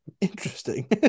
Interesting